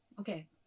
Okay